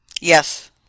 Yes